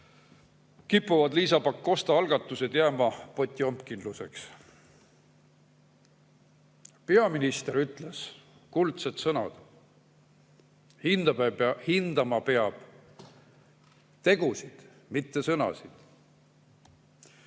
kipuvad Liisa Pakosta algatused jääma potjomkinluseks. Peaminister ütles kuldsed sõnad, et hindama peab tegusid, mitte sõnu.